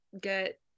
get